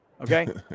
Okay